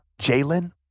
Jalen